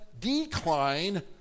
decline